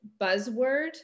buzzword